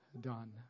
done